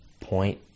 point